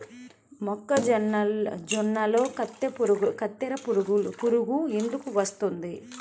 మొక్కజొన్నలో కత్తెర పురుగు ఎందుకు వస్తుంది?